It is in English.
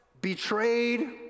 betrayed